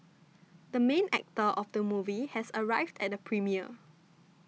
the main actor of the movie has arrived at the premiere